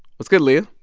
what's good, leah?